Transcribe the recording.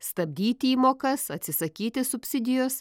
stabdyti įmokas atsisakyti subsidijos